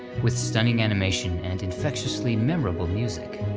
with stunning animation, and infectiously memorable music.